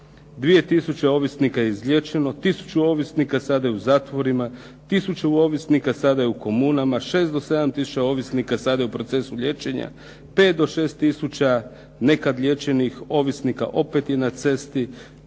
ovisnika je izliječeno, tisuću ovisnika sada je u zatvorima, tisuću ovisnika sada je u komunama, 6 do 7 tisuća ovisnika sada je u procesu liječenja, 5 do 6 tisuća nekad liječenih ovisnika opet je na cesti,